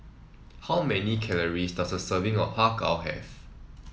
how many calorie does a serving of Har Kow have